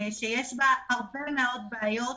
שיש בה הרבה מאוד בעיות